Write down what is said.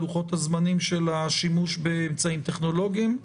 לוחות הזמנים של השימוש באמצעים טכנולוגיים,